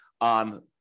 on